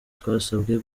twasabwe